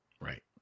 Right